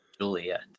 Juliet